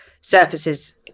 surfaces